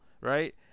right